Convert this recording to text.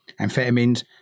amphetamines